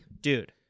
dude